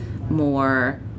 more